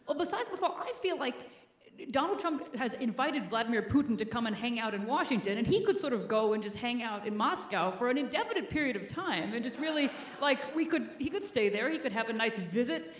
but besides mcfaul i feel like donald trump has invited vladimir putin to come and hang out in washington and he could sort of go and just hang out in moscow for an indefinite period of time and just really like we could he could stay there he could have a nice visit.